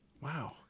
Wow